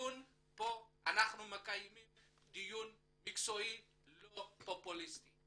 אנחנו מקיימים כאן דיון מקצועי ולא פופוליסטי.